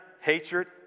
hatred